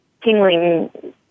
tingling